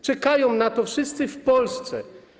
Czekają na to wszyscy w Polsce.